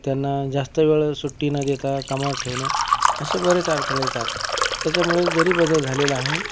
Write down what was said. त्यांना जास्त वेळ सुट्टी न देता कामावर ठेवणे असे बरेच अडथळे येतात त्याच्यामुळे जरी बदल झालेला आहे